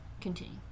Continue